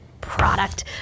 product